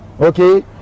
Okay